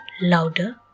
Louder